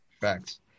Facts